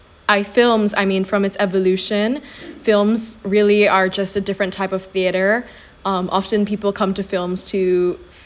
films I mean from its evolution films really are just a different type of theatre um often people come to films to